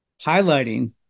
highlighting